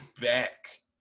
back